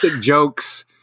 jokes